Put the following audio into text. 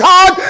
God